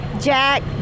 Jack